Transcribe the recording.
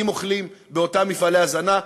אם הם אוכלים באותם מפעלי הזנה,